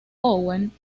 owen